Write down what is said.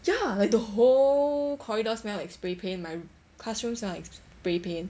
ya like the whole corridor smell like spray paint my classroom smell like spray paint